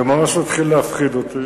זה ממש מתחיל להפחיד אותי,